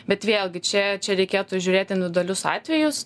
bet vėlgi čia čia reikėtų žiūrėt individualius atvejus